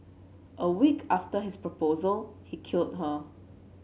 a week after his proposal he killed her